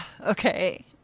Okay